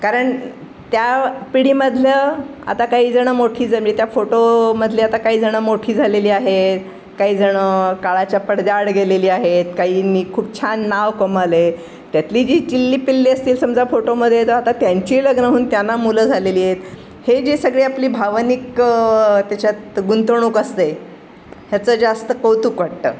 कारण त्या पिढीमधलं आता काही जण मोठी जमली त्या फोटोमधली आता काही जण मोठी झालेली आहे काही जण काळाच्या पडद्याआड गेलेली आहेत काहींनी खूप छान नाव कमावले त्यातली जी चिल्ली पिल्ली असतील समजा फोटोमध्ये तर आता त्यांची लग्न होऊन त्यांना मुलं झालेली आहेत हे जे सगळे आपली भावनिक त्याच्यात गुंतवणूक असते ह्याचं जास्त कौतुक वाटतं